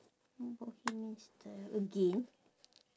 mm bohemian style again